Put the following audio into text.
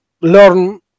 learn